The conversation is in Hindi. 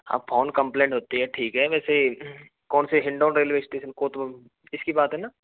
हाँ फ़ोन कंप्लेन होती है ठीक है वैसे कौन से हिंडोंन रेलवे स्टेशन इसकी बात है न